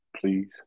Please